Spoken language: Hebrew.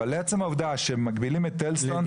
אבל לעצם העובדה שמגבילים את טלזסטון,